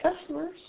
customers